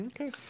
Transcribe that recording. Okay